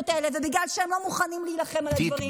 האלה ובגלל שהם לא מוכנים להילחם על הדברים האלה.